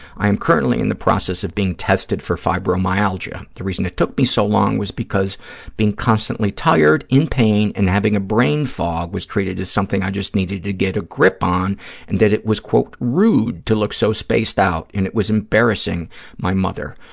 i am currently in the process of being tested for fibromyalgia. the reason it took me so long was because being constantly tired, in pain and having a brain fog was treated as something i just needed to get a grip on and that it was, quote, rude to look so spaced out and it was embarrassing my mother.